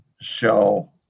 show